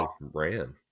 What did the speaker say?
ran